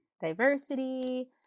diversity